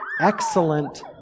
excellent